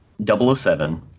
007